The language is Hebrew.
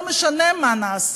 לא משנה מה נעשה.